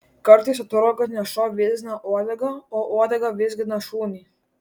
kartais atrodo kad ne šuo vizgina uodegą o uodega vizgina šunį